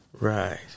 Right